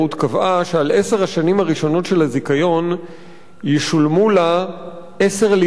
קבעה שעל עשר השנים הראשונות של הזיכיון ישולמו לה 10 לירות.